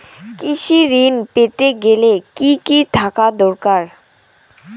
কৃষিঋণ পেতে গেলে কি কি থাকা দরকার?